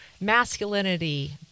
masculinity